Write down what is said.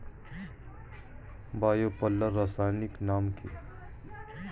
Bio পাল্লার রাসায়নিক নাম কি?